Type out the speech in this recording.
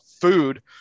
food